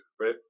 right